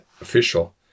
official